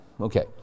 okay